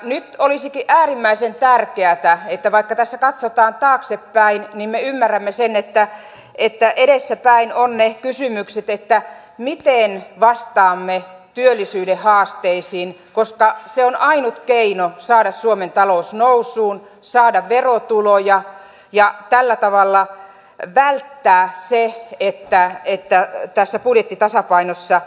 nyt olisikin äärimmäisen tärkeätä että vaikka tässä katsotaan taaksepäin niin me ymmärrämme sen että edessäpäin ovat ne kysymykset miten vastaamme työllisyyden haasteisiin koska se on ainut keino saada suomen talous nousuun saada verotuloja ja tällä tavalla välttää se että ei täytä sipuli tasapainossa